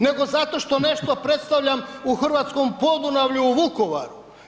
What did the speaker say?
Nego zato što nešto predstavljam u Hrvatskom Podunavlju u Vukovaru.